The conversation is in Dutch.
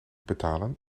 betalen